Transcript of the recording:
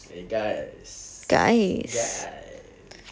eh guys guys